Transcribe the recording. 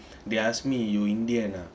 they asked me you indian ah